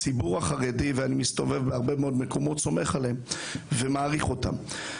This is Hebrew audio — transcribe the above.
כי הציבור החרדי סומך עליהם ומעריך אותם.